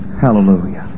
Hallelujah